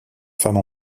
femme